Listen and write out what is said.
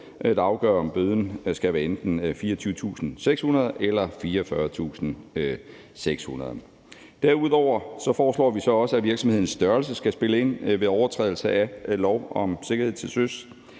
der afgør, om bøden skal være enten 24.600 kr. eller 44.600 kr. Derudover foreslår vi også, at virksomhedens størrelse skal spille ind ved overtrædelse aflov om sikkerhed til søs.